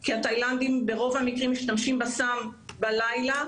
כי התאילנדים, ברוב המקרים משתמשים בסם בלילה,